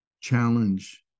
challenge